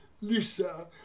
Lisa